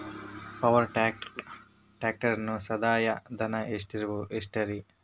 Power track ಟ್ರ್ಯಾಕ್ಟರನ ಸಂದಾಯ ಧನ ಎಷ್ಟ್ ರಿ?